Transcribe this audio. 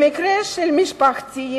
במקרה של משפחתי,